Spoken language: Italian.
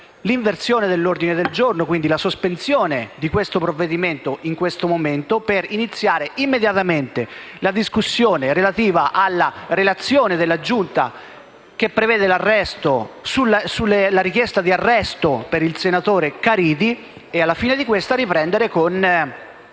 iscritti all'ordine del giorno e quindi la sospensione dell'esame del provvedimento, in questo momento, per iniziare immediatamente la discussione relativa alla relazione della Giunta che prevede la richiesta di arresto per il senatore Caridi, e alla fine di questo punto riprendere con